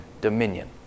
dominion